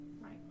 Right